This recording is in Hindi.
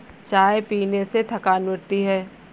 चाय पीने से थकान मिटती है